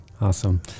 Awesome